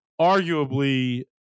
arguably